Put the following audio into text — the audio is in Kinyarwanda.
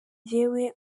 jyeweho